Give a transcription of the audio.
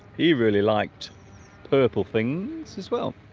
he really liked purple things as well